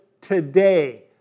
today